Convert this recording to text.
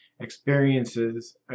experiences